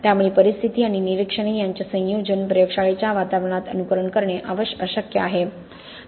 त्यामुळे परिस्थिती आणि निरीक्षणे यांचे संयोजन प्रयोगशाळेच्या वातावरणात अनुकरण करणे अशक्य आहे